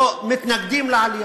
מתנגדים לעלייה,